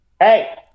Hey